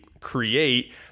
create